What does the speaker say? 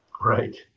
Right